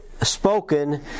spoken